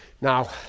Now